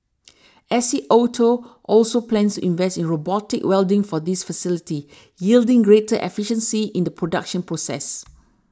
S C Auto also plans to invest in robotic welding for this facility yielding greater efficiency in the production process